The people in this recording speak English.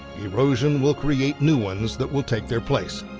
erosion will create new ones that will take their place.